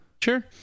Sure